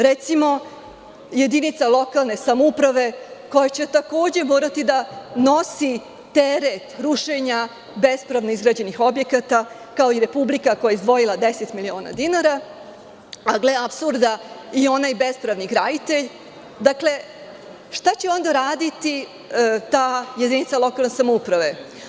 Recimo, jedinica lokalne samouprave koja će takođe morati da nosi teret rušenja bespravno izgrađenih objekata, kao i Republika koja je izdvojila 10 miliona dinara, a gle apsurda, i ona je bespravni graditelj, dakle, šta će ona raditi ta jedinica lokalne samouprave?